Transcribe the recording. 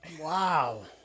Wow